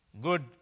good